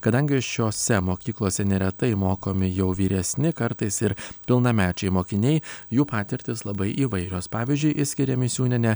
kadangi šiose mokyklose neretai mokomi jau vyresni kartais ir pilnamečiai mokiniai jų patirtys labai įvairios pavyzdžiui išskiria misiūnienė